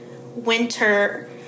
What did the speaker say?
winter